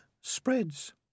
spreads